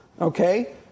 Okay